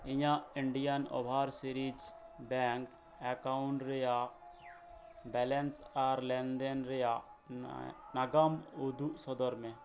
ᱤᱧᱟᱜ ᱤᱱᱰᱤᱭᱟᱱ ᱳᱵᱷᱟᱨᱥᱤᱨᱤᱡ bank account ᱨᱮᱭᱟᱜ ᱵᱮᱞᱮᱱᱥ ᱟᱨ ᱞᱮᱱᱫᱮᱱ ᱨᱮᱭᱟᱜ ᱱᱟᱜᱟᱢ ᱩᱫᱩᱜ ᱥᱚᱫᱚᱨ ᱢᱮ